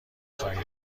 خواهید